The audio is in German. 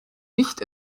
nicht